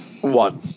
one